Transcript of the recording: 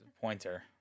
Pointer